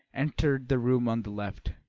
entered the room on the left,